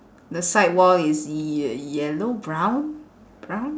the side wall is ye~ yellow brown brown